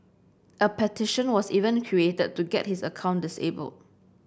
a petition was even created to get his account disabled